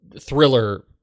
thriller